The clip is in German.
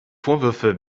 vorwürfe